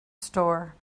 store